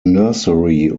nursery